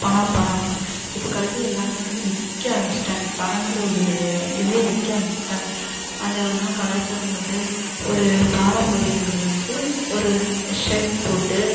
பணம் பணம் இப்போ கல்வி எல்லாமே வந்து விற்க ஆரமிச்சுட்டாங்க பணோங்கிற ஒரு இதில் விற்க ஆரமிச்சுட்டாங்க அந்த காலத்திலலா கலாச்சாரோங்கிறது ஒரு பாரம்பரியோங்கிறது வந்து ஒரு ஷர்ட் போட்டு